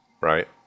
Right